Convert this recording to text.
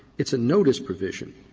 it's a notice provision.